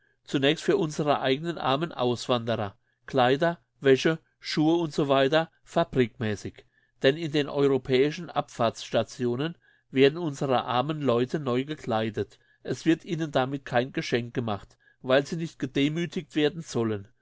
zunächst für unsere eigenen armen auswanderer kleider wäsche schuhe etc fabriksmässig denn in den europäischen abfahrtsstationen werden unsere armen leute neu gekleidet es wird ihnen damit kein geschenk gemacht weil sie nicht gedemüthigt werden sollen